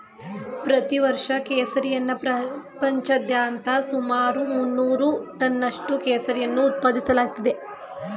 ಪ್ರತಿ ವರ್ಷ ಕೇಸರಿಯನ್ನ ಪ್ರಪಂಚಾದ್ಯಂತ ಸುಮಾರು ಮುನ್ನೂರು ಟನ್ನಷ್ಟು ಕೇಸರಿಯನ್ನು ಉತ್ಪಾದಿಸಲಾಗ್ತಿದೆ